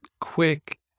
quick